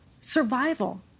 survival